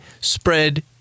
spread